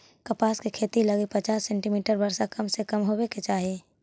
कपास के खेती लगी पचास सेंटीमीटर वर्षा कम से कम होवे के चाही